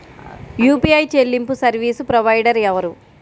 UPI చెల్లింపు service provider ఎవరు?